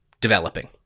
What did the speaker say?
developing